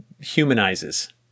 humanizes